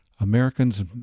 Americans